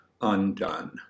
undone